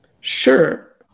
Sure